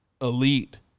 elite